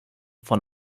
von